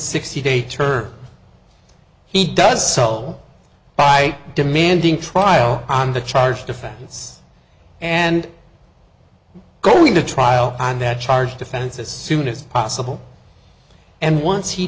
sixty day ter he does sell by demanding trial on the charge defense and going to trial on that charge defense as soon as possible and once he